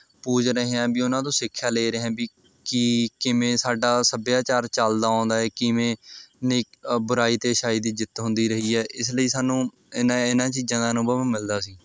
ਪੂਜ ਰਹੇ ਹਾਂ ਵੀ ਉਹਨਾਂ ਤੋਂ ਸਿੱਖਿਆ ਲੈ ਰਹੇ ਹਾਂ ਵੀ ਕਿ ਕਿਵੇਂ ਸਾਡਾ ਸੱਭਿਆਚਾਰ ਚੱਲਦਾ ਆਉਂਦਾ ਹੈ ਕਿਵੇਂ ਨੇ ਬੁਰਾਈ 'ਤੇ ਅੱਛਾਈ ਦੀ ਜਿੱਤ ਹੁੰਦੀ ਰਹੀ ਹੈ ਇਸ ਲਈ ਸਾਨੂੰ ਇਹਨਾਂ ਇਹਨਾਂ ਚੀਜ਼ਾਂ ਦਾ ਅਨੁਭਵ ਮਿਲਦਾ ਸੀ